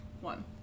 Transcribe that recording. One